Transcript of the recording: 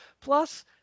Plus